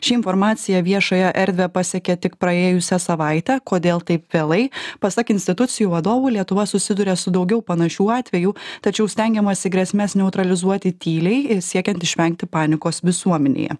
ši informacija viešąją erdvę pasiekė tik praėjusią savaitę kodėl taip vėlai pasak institucijų vadovų lietuva susiduria su daugiau panašių atvejų tačiau stengiamasi grėsmes neutralizuoti tyliai siekiant išvengti panikos visuomenėje